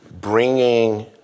bringing